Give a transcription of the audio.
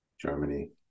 Germany